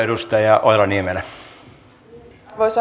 arvoisa herra puhemies